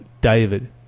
David